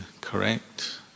correct